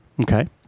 Okay